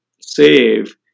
save